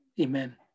Amen